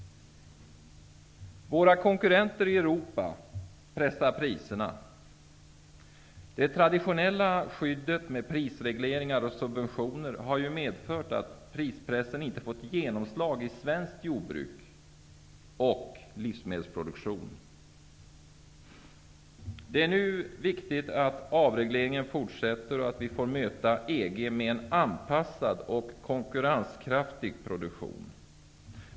Våra konkurrenter i Europa pressar priserna. Det traditionella skyddet med prisregleringar och subventioner har medfört att prispressen inte fått genomslag i svenskt jordbruk och i svensk livsmedelsproduktion. Det är nu viktigt att avregleringen fortsätter och att vi får möta EG med en anpassad och konkurrenskraftig produktion.